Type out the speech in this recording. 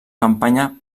campanya